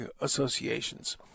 associations